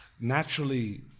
Naturally